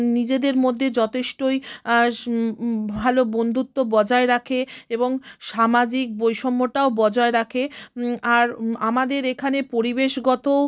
নিজেদের মধ্যে যথেষ্টই স্ ভালো বন্ধুত্ব বজায় রাখে এবং সামাজিক বৈষম্যটাও বজায় রাখে আর আমাদের এখানে পরিবেশগতও